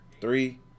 three